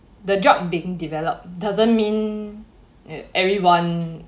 the drug being developed doesn't mean it everyone